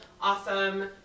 awesome